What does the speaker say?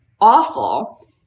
awful